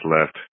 left